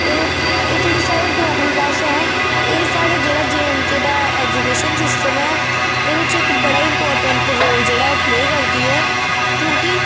ते एह् जेह्ड़ी साढ़ी डोगरी भाशा ऐ एह् साढ़े जेह्ड़ा जे एंड के दा एजुकेशन सिस्टम ऐ एह्दे च इक बड़ा इम्पोर्टेन्ट रोल जेह्ड़ा ओह् प्ले करदी ऐ क्यूंकि